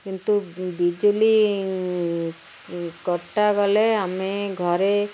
କିନ୍ତୁ ବିଜୁଳି କଟା ଗଲେ ଆମେ ଘରେ